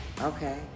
Okay